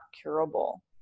curable